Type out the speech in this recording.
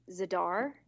Zadar